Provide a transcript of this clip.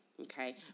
Okay